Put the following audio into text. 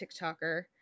TikToker